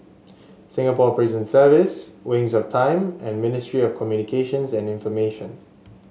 Singapore Prison Service Wings of Time and Ministry of Communications and Information